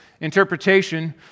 interpretation